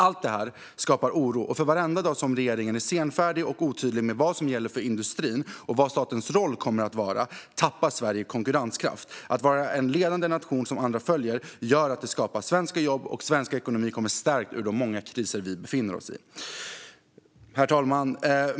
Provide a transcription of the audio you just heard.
Allt detta skapar oro, och för varenda dag som regeringen är senfärdig och otydlig med vad som gäller för industrin och vad statens roll kommer att vara tappar Sverige konkurrenskraft. Att vara en ledande nation som andra följer gör att det skapas svenska jobb och att svensk ekonomi kommer stärkt ur de många kriser som vi befinner oss i. Herr talman!